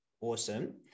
Awesome